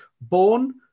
born